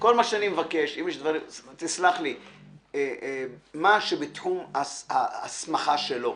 מה שאני מבקש מה שבתחום ההסמכה שלו.